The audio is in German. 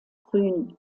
grün